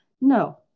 no